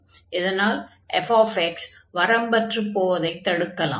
இதனால் fx வரம்பற்றுப் போவதைத் தடுக்கலாம்